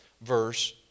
verse